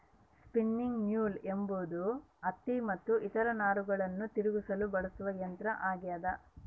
spinning mule ಎಂಬುದು ಹತ್ತಿ ಮತ್ತು ಇತರ ನಾರುಗಳನ್ನು ತಿರುಗಿಸಲು ಬಳಸುವ ಯಂತ್ರ ಆಗ್ಯದ